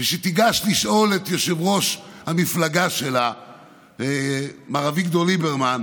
ושתיגש לשאול את יושב-ראש המפלגה שלה מר אביגדור ליברמן: